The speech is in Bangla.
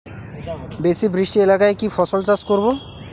বেশি বৃষ্টি এলাকায় কি ফসল চাষ করব?